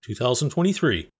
2023